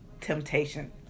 temptation